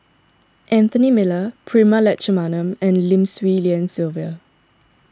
Anthony Miller Prema Letchumanan and Lim Swee Lian Sylvia